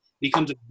becomes